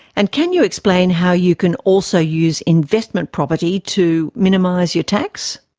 and can you explain how you can also use investment property to minimise your tax?